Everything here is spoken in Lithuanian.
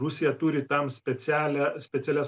rusija turi tam specialią specialias